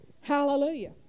Hallelujah